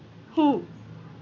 who